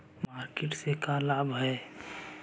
Market से का लाभ है?